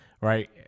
right